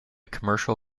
commercial